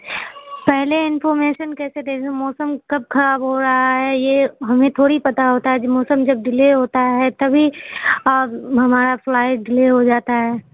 پہلے انفارمیشن کیسے دے دیں موسم کب کھراب ہو رہا ہے یہ ہمیں تھوڑی پتہ ہوتا ہے جب موسم جب ڈلے ہوتا ہے تبھی ہمارا فلائٹ ڈلے ہو جاتا ہے